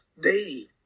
day